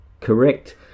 correct